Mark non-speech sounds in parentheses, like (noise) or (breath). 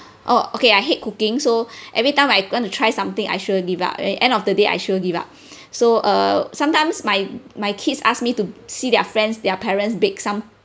oh okay I hate cooking so (breath) every time I want to try something I sure give up at end of the day I sure give up (breath) so err sometimes my my kids asked me to see their friends their parents bake some